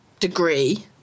degree